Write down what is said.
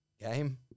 game